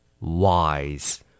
Wise